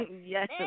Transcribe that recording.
Yes